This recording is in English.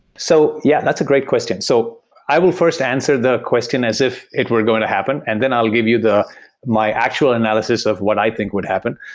so yeah, that's a great question. so i will first answer the question as if it were going to happen, and then i'll give you my actual analysis of what i think would happen.